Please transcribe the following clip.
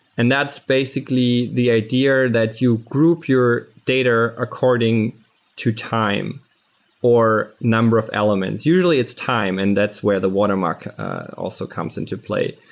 and that's basically the idea that you group your data according to time or number of elements. usually it's time, and that's where the watermark also comes into play.